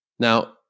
Now